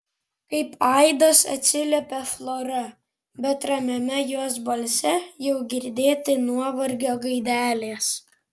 kaip aidas atsiliepia flora bet ramiame jos balse jau girdėti nuovargio gaidelės